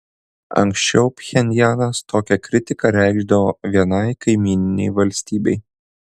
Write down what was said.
anksčiau pchenjanas tokią kritiką reikšdavo vienai kaimyninei valstybei